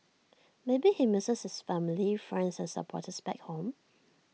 maybe he misses his family friends and supporters back home